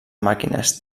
màquines